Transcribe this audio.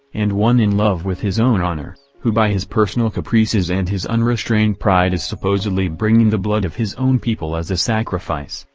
and one in love with his own honor, who by his personal caprices and his unrestrained pride is supposedly bringing the blood of his own people as a sacrifice,